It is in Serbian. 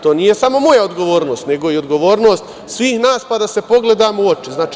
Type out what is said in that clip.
To nije samo moja odgovornost, nego i odgovornost svih nas, pa da se pogledamo u oči.